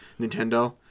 nintendo